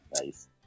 Nice